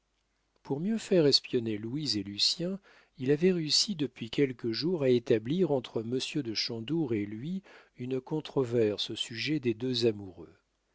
pour mieux faire espionner louise et lucien il avait réussi depuis quelques jours à établir entre monsieur de chandour et lui une controverse au sujet des deux amoureux